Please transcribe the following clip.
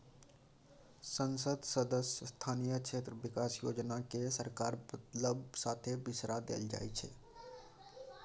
संसद सदस्य स्थानीय क्षेत्र बिकास योजना केँ सरकार बदलब साथे बिसरा देल जाइ छै